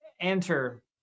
enter